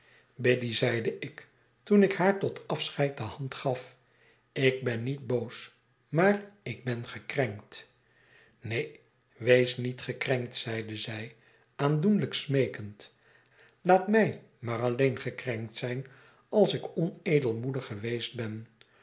biddy zeide ik toen ik haar tot afscheid de hand gaf ik ben niet boos maar ik ben gekrenkt neen wees niet gekrenkt zeide zij aandoenlijk smeekend laat mij maar alleen gekrenkt z yn als ik onedelmoedig geweest ben